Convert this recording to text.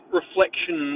reflection